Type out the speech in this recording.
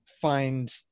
find